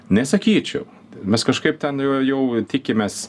nesakyčiau mes kažkaip ten jau tikimės